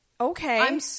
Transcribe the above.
Okay